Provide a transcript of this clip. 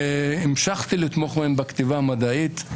והמשכתי לתמוך בהם בכתיבה המדעית.